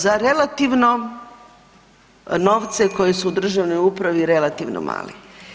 Za relativno novce koje su u državnoj upravi relativno mali.